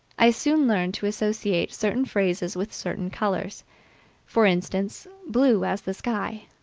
i soon learned to associate certain phrases with certain colors for instance, blue as the sky,